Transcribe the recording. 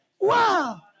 Wow